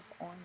on